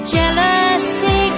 Jealousy